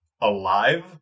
alive